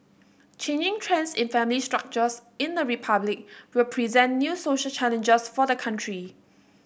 changing trends in family structures in the Republic will present new social challenges for the country